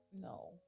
No